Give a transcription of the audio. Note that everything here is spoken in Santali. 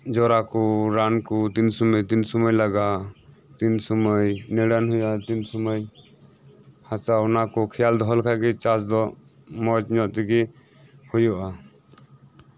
ᱡᱚᱨᱟᱠᱩ ᱨᱟᱱᱠᱩ ᱛᱤᱱ ᱥᱩᱢᱟᱹᱭ ᱛᱤᱱ ᱥᱩᱢᱟᱹᱭ ᱞᱟᱜᱟᱜᱼᱟ ᱛᱤᱱ ᱥᱩᱢᱟᱹᱭ ᱦᱮᱲᱦᱮᱫ ᱦᱩᱭᱩᱜᱼᱟ ᱛᱤᱱ ᱥᱩᱢᱟᱹᱭ ᱦᱟᱥᱟ ᱚᱱᱟᱠᱩ ᱠᱷᱮᱭᱟᱞ ᱫᱚᱦᱚ ᱞᱮᱠᱷᱟᱡᱜᱤ ᱢᱚᱪᱧᱚᱜ ᱛᱮᱜᱤ ᱦᱩᱭᱩᱜᱼᱟ